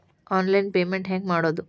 Online payment ಹೆಂಗ್ ಮಾಡೋದು?